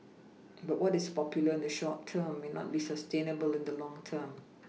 but what is popular in the short term may not be sustainable in the long term